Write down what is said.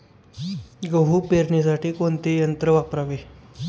गहू पेरणीसाठी कोणते यंत्र वापरावे?